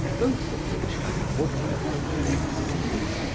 both of which had woodwork of red cedar.